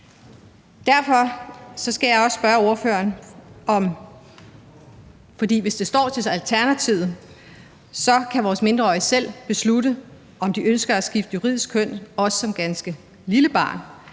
Derfor skal jeg også spørge ordføreren om noget. For hvis det står til Alternativet, kan vores mindreårige selv beslutte, om de ønsker at skifte juridisk køn, også som ganske lille barn,